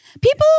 People